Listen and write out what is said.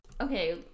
okay